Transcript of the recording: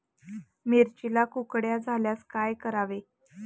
मिरचीला कुकड्या झाल्यास काय करावे?